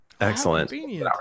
Excellent